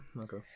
Okay